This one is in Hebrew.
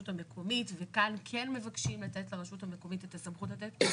המקומית וכאן כן מבקשים לתת לרשות המקומית את הסמכות לתת.